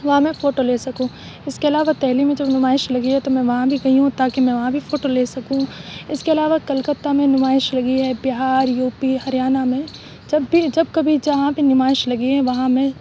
وہاں میں فوٹو لے سکوں اس کے علاوہ دہلی میں جب نمائش لگی ہے تو میں وہاں بھی گئی ہوں تاکہ میں وہاں بھی فوٹو لے سکوں اس کے علاوہ کلکتہ میں نمائش لگی ہے بہار یو پی ہریانہ میں جب بھی جب کبھی جہاں پہ نمائش لگی ہے وہاں میں